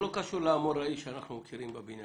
למרות שהם לא חתומים על חוזה